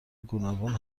گوناگون